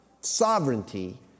sovereignty